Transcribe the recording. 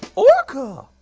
orca!